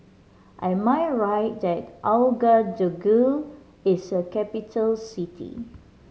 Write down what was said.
am I right that Ouagadougou is a capital city